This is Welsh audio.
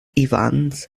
ifans